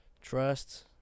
trust